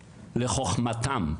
לחוכמתם,